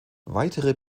weitere